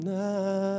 now